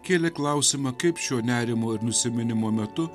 kėlė klausimą kaip šio nerimo ir nusiminimo metu